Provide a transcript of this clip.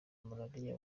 malaria